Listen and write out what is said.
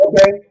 Okay